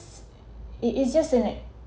it is just an